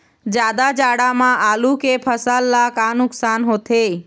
जादा जाड़ा म आलू के फसल ला का नुकसान होथे?